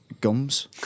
gums